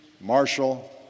Marshall